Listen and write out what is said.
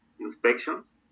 inspections